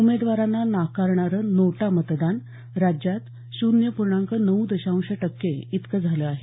उमेदवारांना नाकारणारं नोटा मतदान राज्यात श्रन्य पूर्णांक नऊ दशांश टक्के इतकं झालं आहे